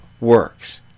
works